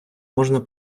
можна